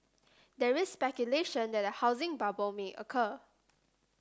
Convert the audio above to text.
there is speculation that a housing bubble may occur